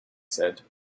said